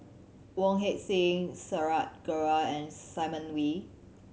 Wong Heck Sing and Simon Wee